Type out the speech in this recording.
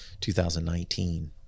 2019